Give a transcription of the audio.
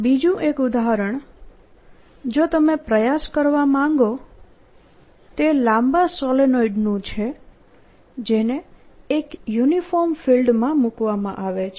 બીજું એક ઉદાહરણ જો તમે પ્રયાસ કરવા માંગો તે લાંબા સોલેનોઇડ નું છે જેને એક યુનિફોર્મ ફિલ્ડમાં મૂકવામાં આવે છે